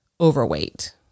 overweight